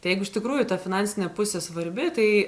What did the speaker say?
tai jeigu iš tikrųjų ta finansinė pusė svarbi tai